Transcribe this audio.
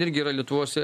irgi yra lietuvos